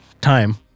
time